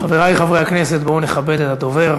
חברי חברי הכנסת, בואו נכבד את הדובר